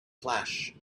flash